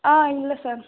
ஆ இல்லை சார்